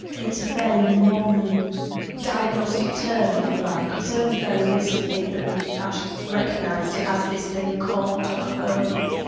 it's a fairly modern diagnostic term, if you like, it's only fairly recently that we've actually recognised it as this thing called tocophobia,